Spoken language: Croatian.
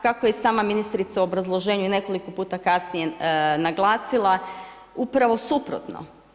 Kako je i sama ministrica u obrazloženju nekoliko puta kasnije naglasila, upravo suprotno.